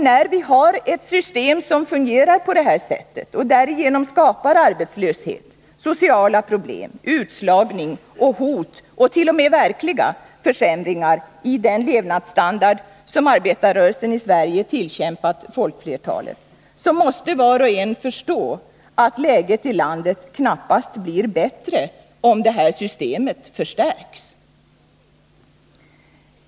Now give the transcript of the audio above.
När vi har ett system som fungerar på detta sätt och därigenom skapar arbetslöshet, sociala problem, utslagning, hot och t.o.m. verkliga försämringar i den levnadsstandard som arbetarrörelsen i Sverige kämpat sig till för folkflertalet, måste var och en förstå att läget i landet knappast blir bättre om detta system förstärks.